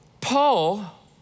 Paul